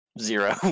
Zero